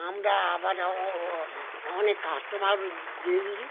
আমরা আবার ও অনেক কাস্টোমারও দিয়ে দিই